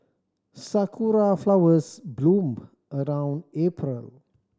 sakura flowers bloom around April